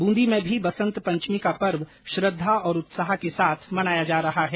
ब्रंदी में बसंत पंचमी का पर्व श्रद्धा और उत्साह के साथ मनाया जा रहा है